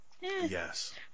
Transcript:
Yes